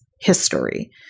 history